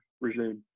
regime